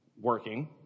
working